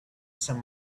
some